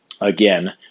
Again